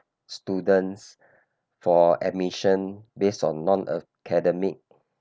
students for admission based on non-academic